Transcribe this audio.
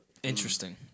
interesting